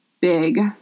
big